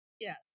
Yes